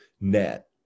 net